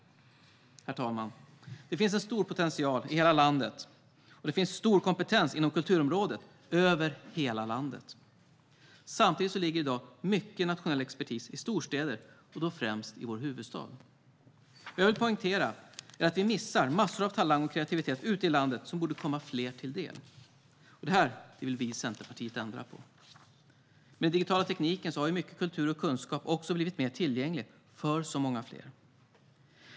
Herr talman! Det finns potential och stor kompetens inom kulturområdet över hela landet. Samtidigt ligger i dag mycket nationell expertis i storstäder och då främst i vår huvudstad. Vad jag vill poängtera är att vi missar massor av talang och kreativitet ute i landet som borde komma fler till del. Detta vill vi i Centerpartiet ändra på. Genom den digitala tekniken har mycket kultur och kunskap blivit mer tillgänglig för många fler.